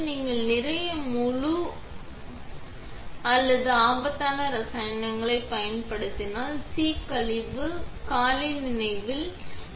நீங்கள் நிறைய முழு போது அல்லது நீங்கள் ஆபத்தான இரசாயனங்கள் பயன்படுத்தினால் நீங்கள் எப்போதும் சி கழிவு காலி நினைவில் நினைவில்